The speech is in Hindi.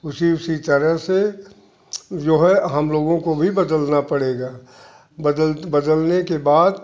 उसी उसी तरह से जो है हम लोगों को भी बदलना पड़ेगा बदल बदलने के बाद